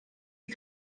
che